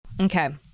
Okay